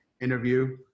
interview